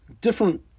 different